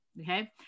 okay